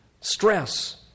stress